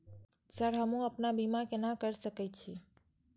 Sir हमू अपना बीमा केना कर सके छी?